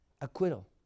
acquittal